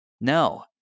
No